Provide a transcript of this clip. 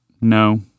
no